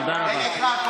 תודה רבה.